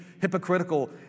hypocritical